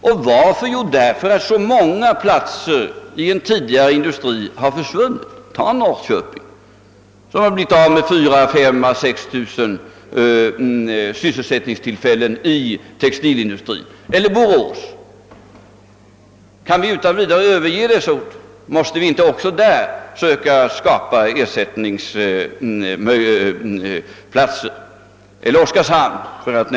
Och vad är anledningen härtill? Jo, att så många Sysselsättningsplatser inom tidigare existerande industrier har försvunnit. Se på Norrköping, som förlorat 4 000—6 000 sysselsättningstillfällen inom textilindustrin, på Borås eller på Oskarshamn, för att ta ett aktuellt exempel. Kan vi utan vidare överge dessa orter?